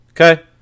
Okay